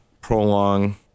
prolong